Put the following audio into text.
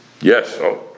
Yes